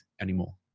anymore